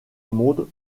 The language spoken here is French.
monde